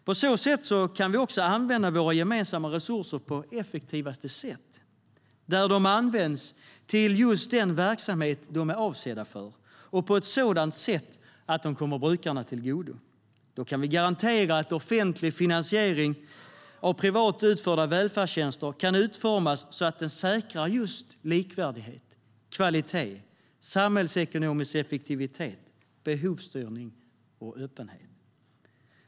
På så sätt kan vi också använda våra gemensamma resurser på effektivaste sätt, där de används till just den verksamhet de är avsedda för och på ett sådant sätt att de kommer brukarna till godo. Då kan vi garantera att offentlig finansiering av privat utförda välfärdstjänster kan utformas så att den säkrar likvärdighet, kvalitet, samhällsekonomisk effektivitet, behovsstyrning och öppenhet.